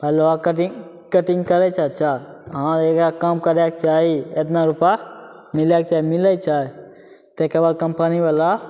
लोहा cutting cutting करै छै अच्छा हँ एकरा काम करैके चाही एतना रुपा मिलैके चाही मिलै छै ताहिके बाद कम्पनीवला